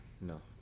no